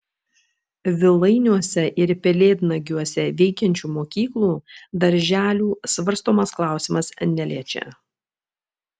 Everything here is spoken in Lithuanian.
vilainiuose ir pelėdnagiuose veikiančių mokyklų darželių svarstomas klausimas neliečia